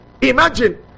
Imagine